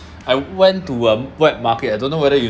I went to a wet market I don't know whether you